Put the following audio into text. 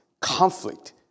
conflict